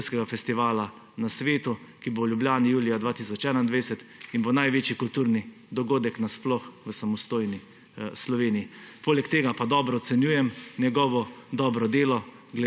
pevskega festivala na svetu, ki bo v Ljubljani julija 2021 in bo največji kulturni dogodek na sploh v samostojni Sloveniji. Poleg tega pa dobro ocenjujem njegovo delo